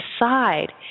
decide